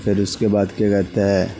پھر اس کے بعد کیا کہتے ہیں